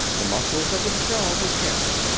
the muscles of his jaw were tense.